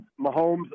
Mahomes